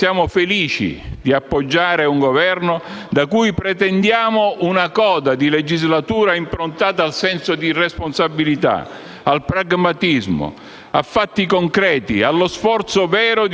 Credo che lei e la squadra che ha formato sarete in grado di operare al meglio, nonostante il poco tempo a disposizione. Buon lavoro a tutti voi.